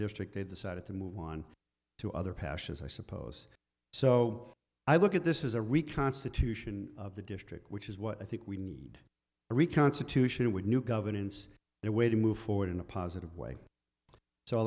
district they decided to move on to other passions i suppose so i look at this is a reconstitution of the district which is what i think we need a reconstitution with new governance in a way to move forward in a positive